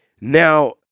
Now